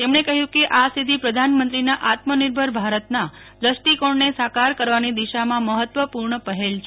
તેમણે કહ્યુ કે આ સિધ્યિ પ્રધાનમંત્રીના આત્મનિર્ભર ભારતના દષ્ટિકોણને સાકાર કરવાની દિશામાં મહત્વપુર્ણ પહેલ છે